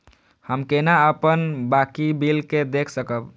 हम केना अपन बाकी बिल के देख सकब?